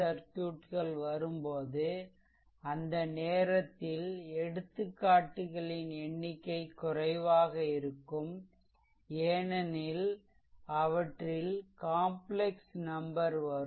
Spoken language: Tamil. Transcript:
சர்க்யூட்கள் வரும்போது அந்த நேரத்தில் எடுத்துக்காட்டுகளின் எண்ணிக்கை குறைவாக இருக்கும் ஏனெனில் அவற்றில் காம்ப்லெக்ஸ் நம்பர் வரும்